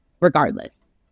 regardless